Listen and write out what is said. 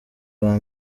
uwa